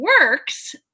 works